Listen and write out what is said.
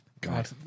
God